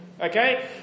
Okay